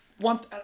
want